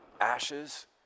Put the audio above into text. Ashes